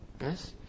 Yes